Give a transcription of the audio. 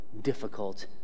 difficult